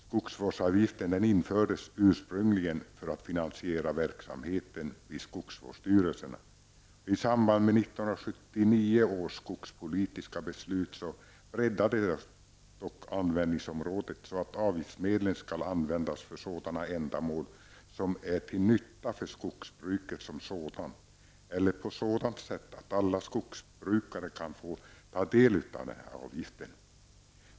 Skogsvårdsavgiften infördes ursprungligen för att finansiera verksamheten i skogsvårdsstyrelserna. I samband med 1979 års skogspolitiska beslut breddades dock användningsområdet så att avgiftsmedlen skall användas för ändamål som är till nytta för skogsbruket som sådant eller så att alla skogsbrukare kan få ta del av avgiften.